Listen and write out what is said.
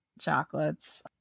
chocolates